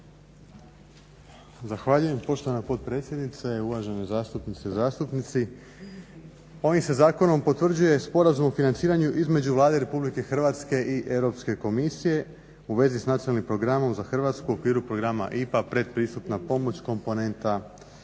Zahvaljujem poštovana potpredsjednice. Uvažene zastupnice i zastupnici. Ovim se zakonom potvrđuje Sporazum o financiranju između Vlade Republike Hrvatske i Europske komisije u vezi s Nacionalnim programom za Hrvatsku u okviru Programa IPA-komponenta 1